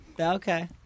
okay